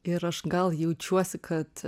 ir aš gal jaučiuosi kad